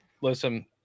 listen